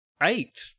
Eight